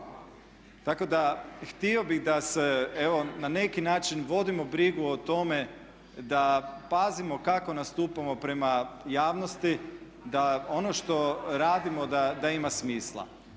Tako da htio bih da se evo na neki način vodimo brigu o tome da pazimo kako nastupamo prema javnosti, da ono što radimo da ima smisla.